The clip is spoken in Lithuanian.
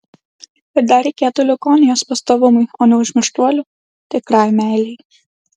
ir dar reikėtų leukonijos pastovumui o neužmirštuolių tikrai meilei